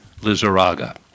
Lizaraga